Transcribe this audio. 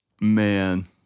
Man